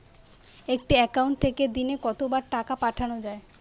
একটি একাউন্ট থেকে দিনে কতবার টাকা পাঠানো য়ায়?